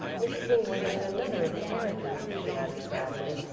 miss king was in another of the carriages, she added sadly.